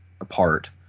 apart